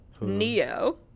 Neo